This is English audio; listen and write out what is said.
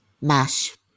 Mash